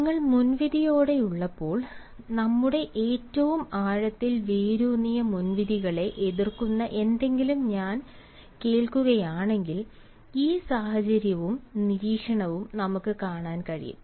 നിങ്ങൾ മുൻവിധിയോടെയുള്ളപ്പോൾ നമ്മുടെ ഏറ്റവും ആഴത്തിൽ വേരൂന്നിയ മുൻവിധികളെ എതിർക്കുന്ന എന്തെങ്കിലും നമ്മൾ കേൾക്കുകയാണെങ്കിൽ ഈ സാഹചര്യവും നിരീക്ഷണവും നമുക്ക് കാണാൻ കഴിയും